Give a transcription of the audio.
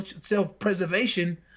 self-preservation